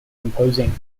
imposing